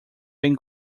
bem